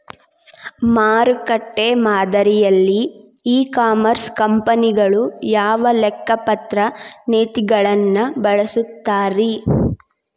ಮಾರುಕಟ್ಟೆ ಮಾದರಿಯಲ್ಲಿ e commerce ಕಂಪನಿಗಳು ಯಾವ ಲೆಕ್ಕಪತ್ರ ನೇತಿಗಳನ್ನ ಬಳಸುತ್ತಾರಿ?